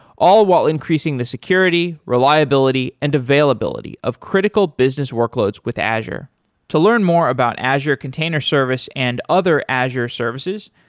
all while increasing the security, reliability and availability of critical business workloads with azure to learn more about azure container service and other azure services,